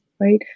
right